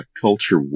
culture